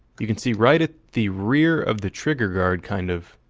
you can see right at the rear of the trigger guard kind of,